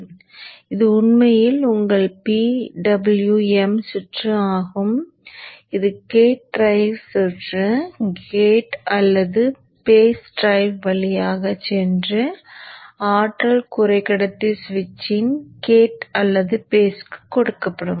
எனவே இது உண்மையில் உங்கள் PWM சுற்று ஆகும் இது கேட் டிரைவ் சுற்று கேட் அல்லது பேஸ் டிரைவ் வழியாகச் சென்று ஆற்றல் குறைக்கடத்தி சுவிட்சின் கேட் அல்லது பேஸ்க்கு கொடுக்கப்படும்